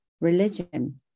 religion